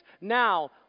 Now